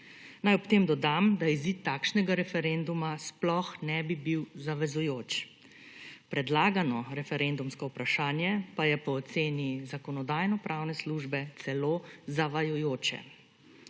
Naj ob tem dodam, da izid takšnega referenduma sploh ne bi bil zavezujoč. Predlagano referendumsko vprašanje pa je po oceni Zakonodajno-pravne službe celo zavajajoče.